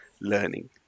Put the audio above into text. learning